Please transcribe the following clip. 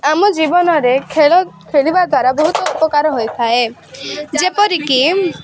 ଆମ ଜୀବନରେ ଖେଳ ଖେଳିବା ଦ୍ୱାରା ବହୁତ ଉପକାର ହୋଇଥାଏ ଯେପରି କି